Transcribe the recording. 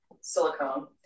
silicone